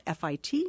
FIT